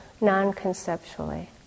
non-conceptually